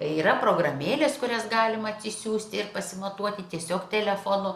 yra programėlės kurias galima atsisiųsti ir pasimatuoti tiesiog telefonu